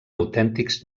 autèntics